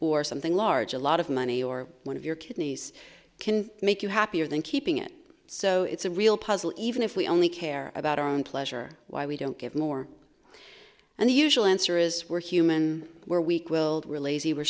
or something large a lot of money or one of your kidneys can make you happier than keeping it so it's a real puzzle even if we only care about our own pleasure why we don't give more and the usual answer is we're human we're weak willed we're lazy were